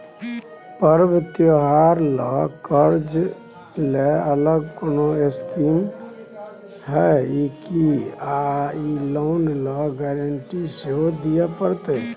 पर्व त्योहार ल कर्ज के अलग कोनो स्कीम आबै इ की आ इ लोन ल गारंटी सेहो दिए परतै?